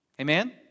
Amen